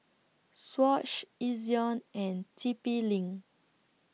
Swatch Ezion and T P LINK